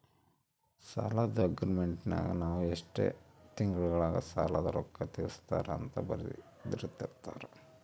ಸಾಲದ್ದು ಅಗ್ರೀಮೆಂಟಿನಗ ನಾವು ಎಷ್ಟು ತಿಂಗಳಗ ಸಾಲದ ರೊಕ್ಕ ತೀರಿಸುತ್ತಾರ ಅಂತ ಬರೆರ್ದಿರುತ್ತಾರ